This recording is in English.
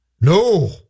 no